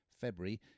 February